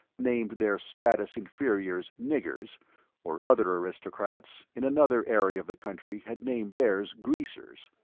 named their status inferiors niggers or other aristocrats, in another area of the country, had named theirs greasers.